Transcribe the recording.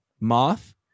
Moth